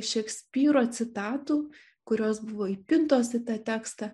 šekspyro citatų kurios buvo įpintos į tą tekstą